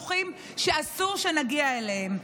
זה יכול להוביל את החברה לתהומות חשוכים שאסור שנגיע אליהם.